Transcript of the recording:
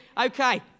Okay